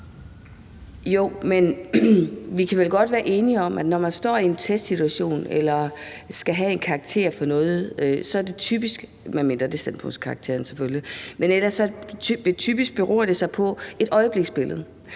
(SF): Vi kan vel godt være enige om, at når man står i en testsituation eller skal have en karakter for noget, så beror det typisk – medmindre der selvfølgelig er tale om standpunktskarakteren – på et øjebliksbillede,